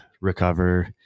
recover